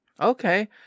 Okay